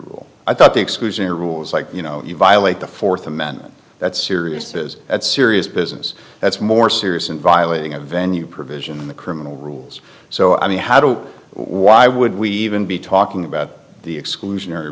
rule i thought the exclusionary rules like you know you violate the fourth amendment that sirius is at serious business that's more serious and violating a venue provision in the criminal rules so i mean how do why would we even be talking about the exclusionary